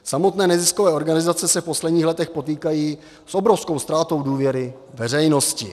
Samotné neziskové organizace se v posledních letech potýkají s obrovskou ztrátou důvěry veřejnosti.